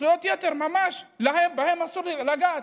זכויות יתר ממש, בהם אסור לגעת.